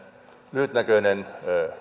lyhytnäköinen